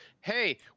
Hey